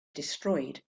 destroyed